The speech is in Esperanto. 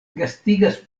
gastigas